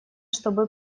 чтобы